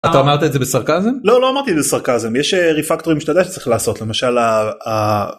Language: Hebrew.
אתה אמרת את זה בסרקזם? לא, לא אמרתי בסרקזם, יש ריפקטורים שאתה צריך לעשות, למשל ה...